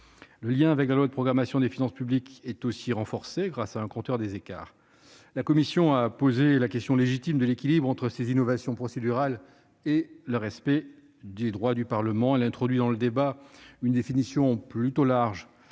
Le lien avec la loi de programmation des finances publiques est aussi renforcé, grâce à un compteur des écarts. La commission a posé la question, légitime, de l'équilibre entre ces innovations procédurales et le respect des droits du Parlement. Elle a introduit dans le débat une définition plutôt large